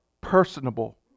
personable